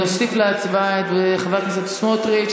נוסיף להצבעה את חבר הכנסת סמוטריץ',